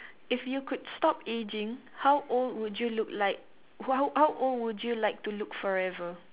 if you could stop aging how old would you look like h~ how old would you like to look like forever